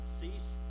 cease